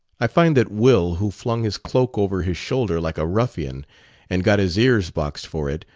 i find that will, who flung his cloak over his shoulder, like a ruffian and got his ears boxed for it,